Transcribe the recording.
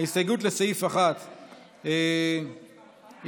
קבוצת סיעת הרשימה המשותפת,